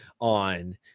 on